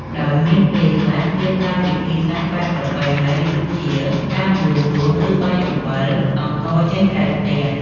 ដោយមានពេលខ្លះគេប្រើវិធីសាស្ត្របែបប្រពៃណី ដូចជាការបួងសួង ឬបាចអំបិល អង្ករចេញក្រៅផ្ទះ។